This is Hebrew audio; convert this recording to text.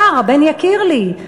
האח היקר, הבן יקיר לי,